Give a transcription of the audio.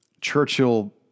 Churchill